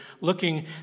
looking